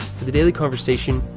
for the daily conversation,